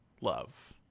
love